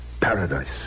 Paradise